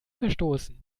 verstoßen